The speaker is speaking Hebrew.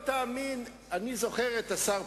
יגיד לנו מת, נפתח את היד.